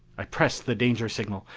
i pressed the danger signal,